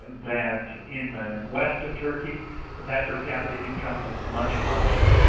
that in the west of turkey that per capita income is much higher,